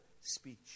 speech